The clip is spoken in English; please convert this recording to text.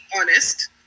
honest